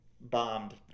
bombed